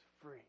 free